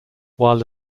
while